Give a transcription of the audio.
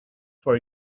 for